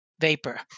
vapor